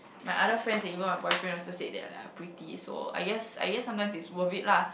my other friends even my boyfriend also said they are pretty so I guess I guess sometimes it's worth it lah